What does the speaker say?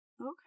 okay